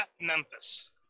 Memphis